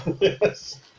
Yes